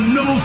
no